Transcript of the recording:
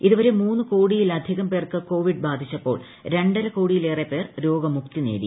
ഇതുവരെ മൂന്ന് ്കോടിയിലധികം പേർക്ക് കോവിഡ് ബാധിച്ചപ്പോൾ രണ്ടര ക്ടോടിയിലേറെ പേർ രോഗമുക്തി നേടി